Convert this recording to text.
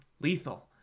lethal